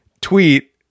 tweet